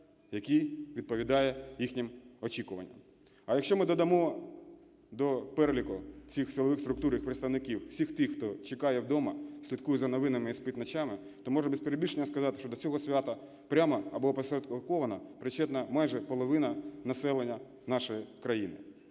який відповідає їхнім очікуванням. А якщо ми додамо до переліку цих силових структур, їх представників всіх тих, хто чекає вдома, слідкує за новинами, не спить ночами, то можна без перебільшення сказати, що до цього свята прямо або опосередковано причетна майже половина населення нашої країни.